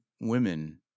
women